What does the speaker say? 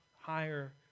higher